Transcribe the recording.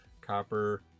copper